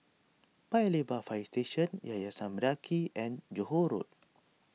Paya Lebar Fire Station Yayasan Mendaki and Johore Road